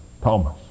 Thomas